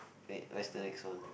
wait where's the next one